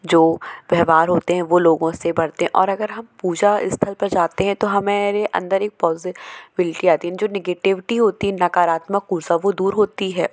जो व्यवहार होते है वो लोगों से बढ़ते हैं और अगर हम पूजा स्थल पर जाते हैं तो हमारे अंदर एक पोजेबिलिटी आती है जो निगेटिविटी होती है नकारात्मक ऊर्जा वो दूर होती है